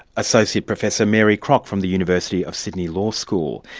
associate professor mary crock, from the university of sydney law school.